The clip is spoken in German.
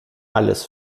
alles